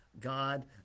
God